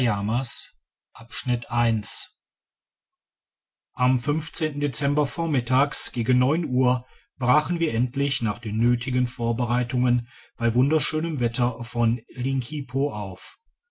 am dezember vormittags gegen neun uhr brachen wir endlich nach den nötigen vorbereitungen bei wunderschönem wetter von linkipo auf